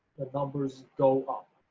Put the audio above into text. the numbers go up.